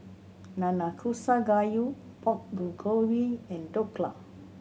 Nanakusa Gayu Pork Bulgogi and Dhokla